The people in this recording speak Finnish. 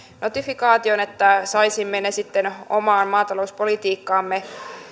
notifikaation että saisimme ne sitten omaan maatalouspolitiikkaamme